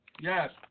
Yes